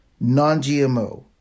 non-GMO